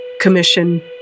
Commission